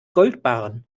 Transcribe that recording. goldbarren